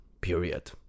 period